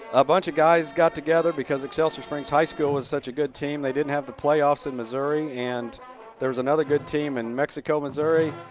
a bunch of guys got together because excelsior springs high school was such a good team they didn't have the playoffs in missouri and there's another good team in mexico, missouri.